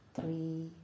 three